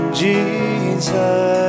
jesus